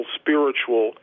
spiritual